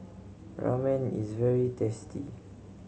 ramen is very tasty